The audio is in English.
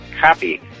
happy